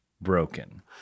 broken